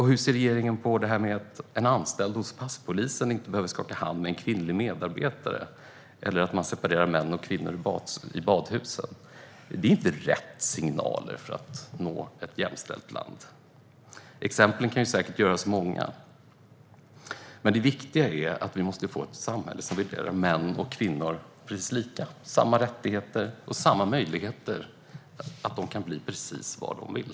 Hur ser regeringen på att en anställd hos passpolisen inte behöver skaka hand med en kvinnlig medarbetare eller att man separerar män och kvinnor i badhusen? Det är inte rätt signaler för att nå ett jämställt land. Exemplen kan säkert göras många. Det viktiga är att vi måste få ett samhälle som värderar män och kvinnor precis lika med samma rättigheter och samma möjligheter att bli precis vad de vill.